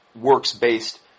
works-based